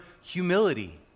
humility